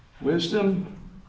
Wisdom